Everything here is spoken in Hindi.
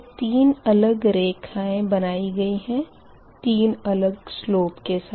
यह तीन अलग रेखाए बनायी गई है तीन अलग स्लोप के साथ